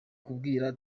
kubwira